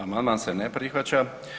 Amandman se ne prihvaća.